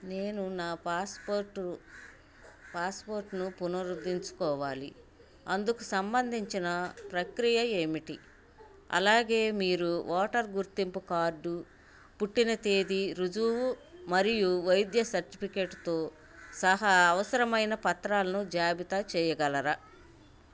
నేను నా పాస్పోర్టు పాస్పోర్ట్ను పునరుద్ధరించుకోవాలి అందుకు సంబంధించిన ప్రక్రియ ఏమిటి అలాగే మీరు ఓటరు గుర్తింపు కార్డు పుట్టిన తేదీ రుజువు మరియు వైద్య సర్టిఫికేట్తో సహా అవసరమైన పత్రాలను జాబితా చేయగలరా